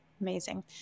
Amazing